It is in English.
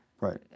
right